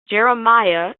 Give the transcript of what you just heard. jeremiah